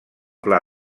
pla